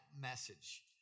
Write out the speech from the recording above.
message